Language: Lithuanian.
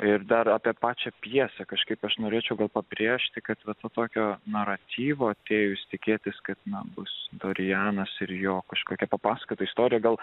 ir dar apie pačią pjesę kažkaip aš norėčiau pabrėžti kad visų tokiu naratyvu atėjus tikėtis kad namus turi janas ir jo kažkokia papasakota istorija gal